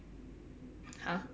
!huh!